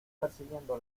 persiguiendo